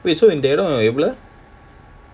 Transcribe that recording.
wait so இந்தஇடம்எவ்ளோ:indha idam evlo